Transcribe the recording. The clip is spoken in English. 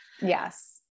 Yes